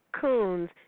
coons